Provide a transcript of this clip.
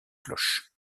cloches